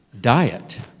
diet